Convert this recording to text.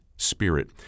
spirit